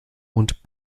und